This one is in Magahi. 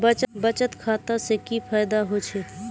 बचत खाता से की फायदा होचे?